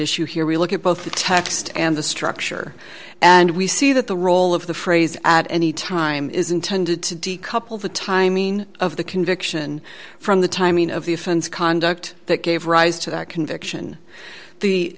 issue here we look at both the text and the structure and we see that the roll of the phrase at any time is intended to decouple the timing of the conviction from the timing of the offense conduct that gave rise to that conviction the